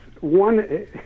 one